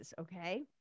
okay